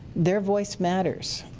their voice matters,